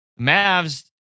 Mavs